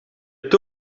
hebt